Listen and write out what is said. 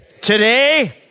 today